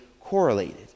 correlated